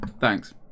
Thanks